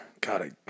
God